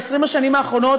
ב-20 השנים האחרונות,